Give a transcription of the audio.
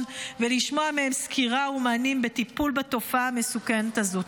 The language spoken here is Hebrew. ולשמוע מהם סקירה ומענים בטיפול בתופעה מסוכנת הזאת.